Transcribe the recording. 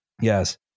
Yes